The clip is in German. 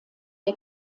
der